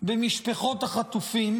במשפחות החטופים,